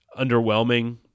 underwhelming